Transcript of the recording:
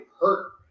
hurt